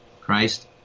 Christ